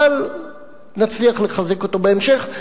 אבל נצליח לחזק אותו בהמשך.